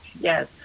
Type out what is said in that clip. yes